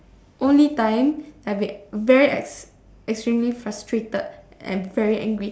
only time I've been very ex~ extremely frustrated and very angry